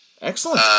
excellent